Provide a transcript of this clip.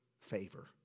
favor